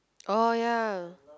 oh ya